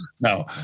No